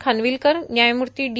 खानविलकर न्यायमूर्ती डी